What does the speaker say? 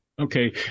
Okay